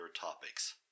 topics